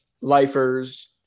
lifers